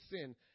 sin